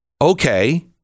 Okay